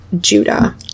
judah